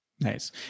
Nice